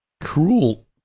Cruel